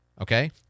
Okay